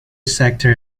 sector